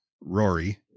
Rory